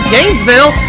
Gainesville